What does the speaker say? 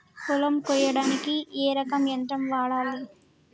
పొలం కొయ్యడానికి ఏ రకం యంత్రం వాడాలి?